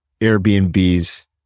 Airbnb's